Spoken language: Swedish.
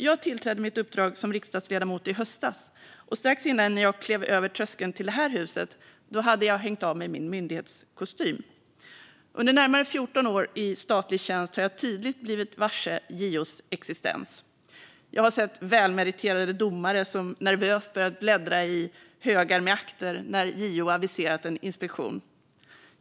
Jag tillträdde mitt uppdrag som riksdagsledamot i höstas, och strax innan jag klev över tröskeln till det här huset hade jag hängt av mig min myndighetskostym. Under närmare 14 år i statlig tjänst har jag tydligt blivit varse JO:s existens. Jag har sett välmeriterade domare som nervöst börjat bläddra i högar med akter när JO aviserat en inspektion.